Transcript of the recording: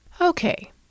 Okay